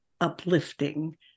uplifting